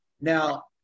Now